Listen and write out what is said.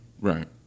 Right